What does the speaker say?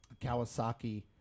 Kawasaki